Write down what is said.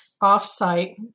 off-site